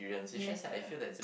yes dear